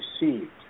received